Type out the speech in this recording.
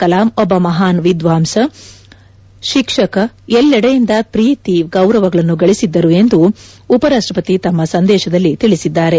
ಕಲಾಂ ಒಬ್ಬ ಮಹಾನ್ ವಿದ್ನಾಂಸ ಶಿಕ್ಷಕ ಎಲ್ಲೆಡೆಯಿಂದ ಪ್ರೀತಿ ಗೌರವಗಳನ್ನು ಗಳಿಸಿದ್ದರು ಎಂದು ಉಪರಾಷ್ಟಪತಿ ತಮ್ಮ ಸಂದೇಶದಲ್ಲಿ ತಿಳಿಸಿದ್ದಾರೆ